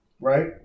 Right